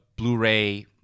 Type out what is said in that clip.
Blu-ray